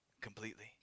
completely